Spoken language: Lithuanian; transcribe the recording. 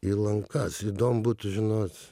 į lankas įdomu būtų žinot